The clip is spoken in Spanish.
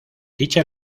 dicha